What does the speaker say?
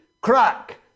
crack